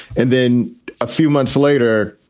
and then a few months later,